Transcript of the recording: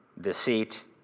deceit